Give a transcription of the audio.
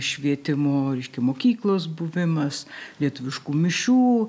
švietimo reiškia mokyklos buvimas lietuviškų mišių